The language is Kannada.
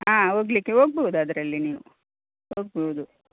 ಹಾಂ ಹೋಗ್ಲಿಕ್ಕೆ ಹೋಗ್ಬೋದು ಅದರಲ್ಲಿ ನೀವು ಹೋಗ್ಬೋದು